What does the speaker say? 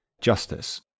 justice